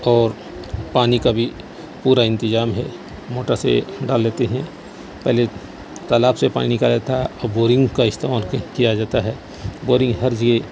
اور پانی کا بھی پورا انتظام ہے موٹر سے بھر لیتے ہیں پہلے تالاب سے پانی نکالا جاتا تھا اب بورنگ کا استعمال کیا جاتا ہے بورنگ ہر جگہ